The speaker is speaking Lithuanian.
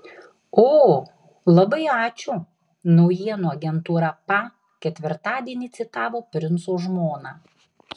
o labai ačiū naujienų agentūra pa ketvirtadienį citavo princo žmoną